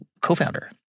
co-founder